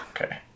okay